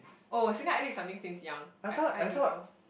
oh single eyelid something since young I I don't know